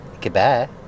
Goodbye